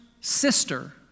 sister